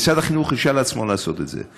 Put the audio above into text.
משרד החינוך הרשה לעצמו לעשות את זה.